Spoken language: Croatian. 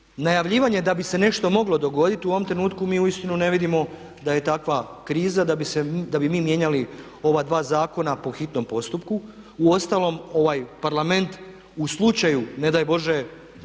najavljivanje da bi se nešto moglo dogoditi u ovom trenutku mi uistinu ne vidimo da je takva kriza da bi mi mijenjali ova dva zakona po hitnom postupku. Uostalom ovaj Parlament u slučaju ne daj Bože